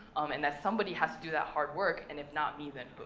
um and that somebody has to do that hard work, and if not me, then